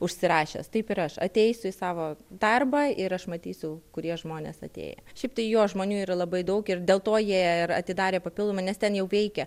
užsirašęs taip ir aš ateisiu į savo darbą ir aš matysiu kurie žmonės atėję šiaip tai jo žmonių yra labai daug ir dėl to jie ir atidarė papildomai nes ten jau veikia